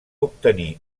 obtenir